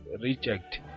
reject